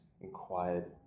inquired